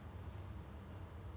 yesterday my friend